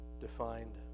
defined